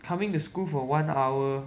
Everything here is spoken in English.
coming to school for one hour